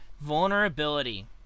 Vulnerability